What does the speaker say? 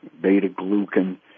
beta-glucan